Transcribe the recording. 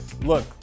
look